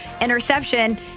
interception